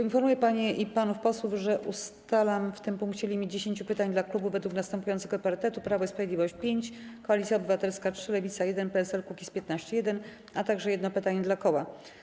Informuję panie i panów posłów, że ustalam w tym punkcie limit 10 pytań dla klubów według następującego parytetu: Prawo i Sprawiedliwość - 5, Koalicja Obywatelska - 3, Lewica - 1, PSL-Kukiz15– 1, a także jedno pytanie dla koła.